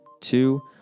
two